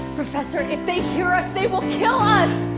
professor if they hear us they will kill us!